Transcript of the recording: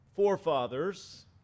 forefathers